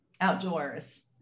outdoors